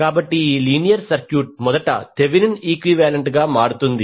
కాబట్టి ఈ linear circuit మొదట థెవెనిన్ ఈక్వివాలెంట్ గా మారుతుంది